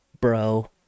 bro